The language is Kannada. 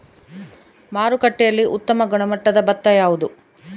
ಮಾರುಕಟ್ಟೆಯಲ್ಲಿ ಉತ್ತಮ ಗುಣಮಟ್ಟದ ಭತ್ತ ಯಾವುದು?